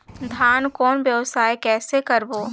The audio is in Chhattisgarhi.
धान कौन व्यवसाय कइसे करबो?